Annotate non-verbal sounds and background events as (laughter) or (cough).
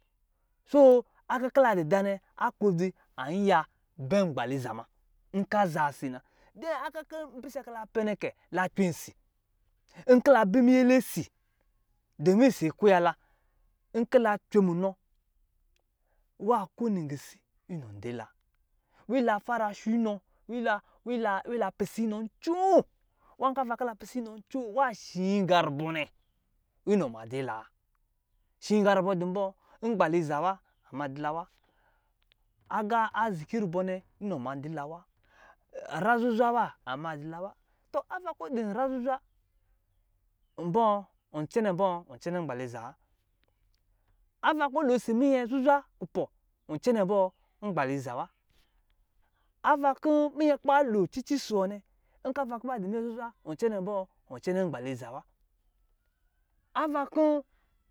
Soo agā ki la di da nɛ, aklodzi an yiya bɛ ngbalia ma, nkɔ̄ aa si na (unintelligible) agā kɔ̄ n pise ki la pɛ nɛ kɛ, la cwen si. Nkɔ̄ la bi miyɛlɛ si, domin si kuya la, nkɔ̄ la cwe munā, nwā ko nigisin in diila, wiila fara sho inā, wii la wiila wiila pise inā ncoo, nwā kɔ̄ avan kɔ̄ la pise inā ncoo, nwā shii gā rubā nɛ, wu inā ma dii la wa. Shi gā rubā dā bā ngbaliza wa, a ma di la wa, aga a ziki rubā nɛ inā ma diila wa, ra zuzwa wa, an ma dila wa, tā ava kɔ̄ din ra zuzwa, mbɔ̄?! Ɔ̄ cɛnɛ mbɔ̄, ɔ̄ cɛnɛ ngbaliza wa. Ava kā loo si minyɛ zuzwa kupɔ̄, wā cɛnɛ bāā, ngbaliza wa. Ava kɔ̄ minyɛ kuba loo cici! Isi wā nɛ, nkɛ ava ku ba dā minyɛ zuzwa, wā cɛnɛ mbɔ̄, wā cɛnɛ ngbaliza wa. Ava kɔ̄